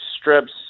strips